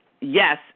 yes